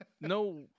no